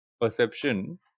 perception